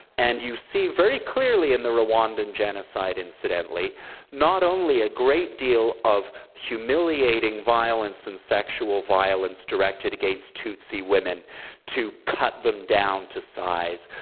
and you see very clearly in the rwandan genocide incidentally not only a great deal of humiliating violence and sexual violence directed against tutsi women to cut them down to size,